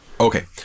Okay